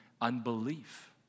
unbelief